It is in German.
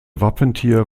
wappentier